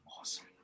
Awesome